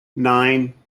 nine